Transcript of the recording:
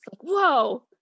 Whoa